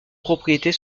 propriétés